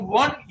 one